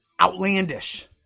outlandish